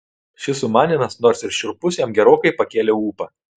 šis sumanymas nors ir šiurpus jam gerokai pakėlė ūpą